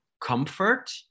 comfort